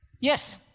Yes